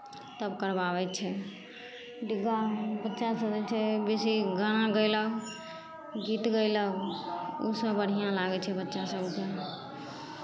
तब करवाबै छै डिग्गा बच्चासभ जे छै बेसी गाना गयलक गीत गयलक ओसभ बढ़िआँ लागै छै बच्चा सभके